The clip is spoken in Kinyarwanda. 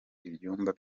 ibyumba